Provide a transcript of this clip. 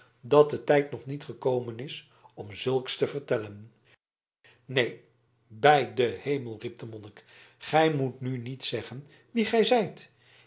dat de tijd nog niet gekomen is om zulks te vertellen neen bij den hemel riep de monnik gij moet nu niet zeggen wie gij zijt